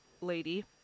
lady